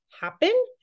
happen